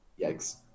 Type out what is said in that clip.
Yikes